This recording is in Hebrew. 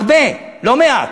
הרבה, לא מעט,